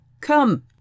come